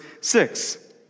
six